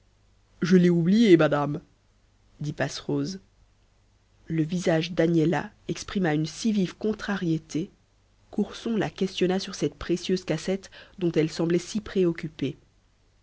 je l'ai oubliée madame dit passerose le visage d'agnella exprima une si vive contrariété qu'ourson la questionna sur cette précieuse cassette dont elle semblait si préoccupée